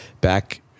back